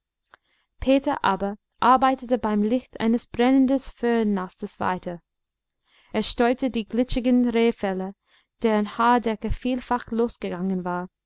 peter aber arbeitete beim licht eines brennenden föhrenastes weiter er stäubte die glitschigen rehfelle deren haardecke vielfach losgegangen war